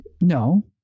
No